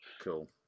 Cool